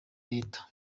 leta